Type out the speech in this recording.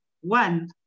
one